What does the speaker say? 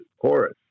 chorus